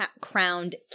crowned